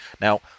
Now